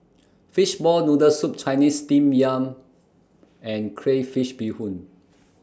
Fishball Noodle Soup Chinese Steamed Yam and Crayfish Beehoon